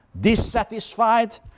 dissatisfied